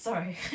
Sorry